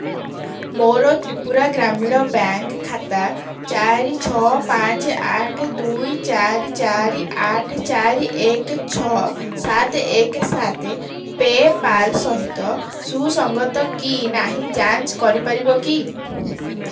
ମୋର ତ୍ରିପୁରା ଗ୍ରାମୀଣ ବ୍ୟାଙ୍କ ଖାତା ଚାରି ଛଅ ପାଞ୍ଚ ଆଠ ଦୁଇ ଚାରି ଚାରି ଆଠ ଚାରି ଏକ ଛଅ ସାତ ଏକ ସାତ ପେପାଲ୍ ସହିତ ସୁସଙ୍ଗତ କି ନାହିଁ ଯାଞ୍ଚ କରିପାରିବ କି